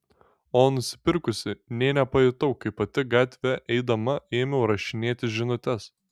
o nusipirkusi nė nepajutau kaip pati gatve eidama ėmiau rašinėti žinutes